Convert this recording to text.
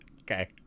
Okay